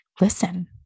listen